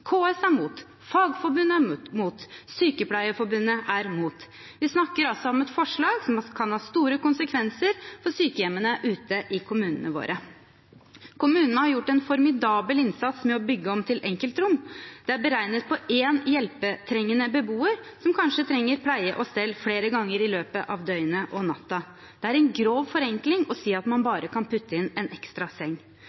KS er mot, Fagforbundet er mot, Sykepleierforbundet er mot. Vi snakker altså om et forslag som kan ha store konsekvenser for sykehjemmene ute i kommunene våre. Kommunene har gjort en formidabel innsats med å bygge om til enkeltrom. De er beregnet på én hjelpetrengende beboer, som kanskje trenger pleie og stell flere ganger i løpet av døgnet og natta. Det er en grov forenkling å si at man